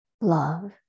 love